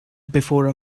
before